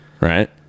right